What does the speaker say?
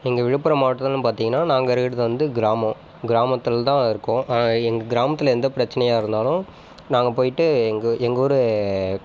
எங்கள் விழுப்புரம் மாவட்டத்துலேனு பார்த்தீங்கன்னா நாங்கள் இருக்கிறது வந்து கிராமம் கிராமத்தில் தான் இருக்கோம் எங்கள் கிராமத்தில் எந்த பிரச்சினையா இருந்தாலும் நாங்கள் போயிட்டு எங்கள் எங்கள் ஊர்